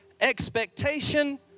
expectation